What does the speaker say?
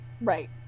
right